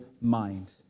mind